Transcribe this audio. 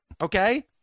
okay